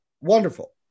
Wonderful